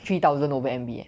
three thousand over M_B eh